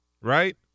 Right